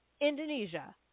indonesia